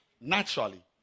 naturally